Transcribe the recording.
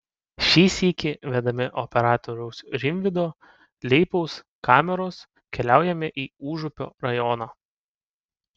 šį sykį vedami operatoriaus rimvydo leipaus kameros keliaujame į užupio rajoną